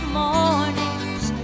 mornings